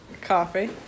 coffee